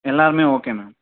எல்லாமே okay ma'am